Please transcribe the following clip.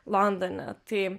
londone tai